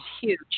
huge